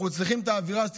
אנחנו צריכים את האווירה הזאת,